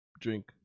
drink